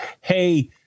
hey